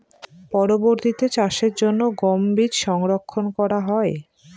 পরবর্তিতে চাষের জন্য গম বীজ সংরক্ষন করা হয়?